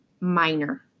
minor